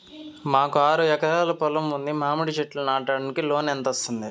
మాకు ఆరు ఎకరాలు పొలం ఉంది, మామిడి చెట్లు నాటడానికి లోను ఎంత వస్తుంది?